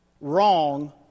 wrong